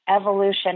evolution